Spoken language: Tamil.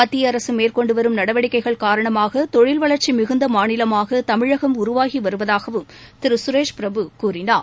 மத்திய அரசு மேற்கொண்டு வரும் நடவடிக்கைகள் காரணமாக தொழில் வளர்ச்சி மிகுந்த மாநிலமாக தமிழகம் உருவாகி வருவதாகவும் திரு சுரேஷ் பிரபு கூறினார்